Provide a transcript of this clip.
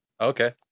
Okay